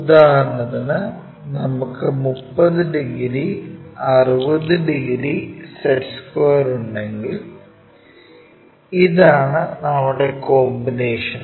ഉദാഹരണത്തിന് നമുക്ക് 30 degree 60 degree set square ഉണ്ടെങ്കിൽ ഇതാണ് നമ്മുടെ കോമ്പിനേഷൻ